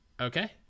okay